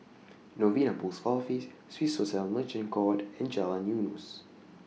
Novena Post Office Swissotel Merchant Court and Jalan Eunos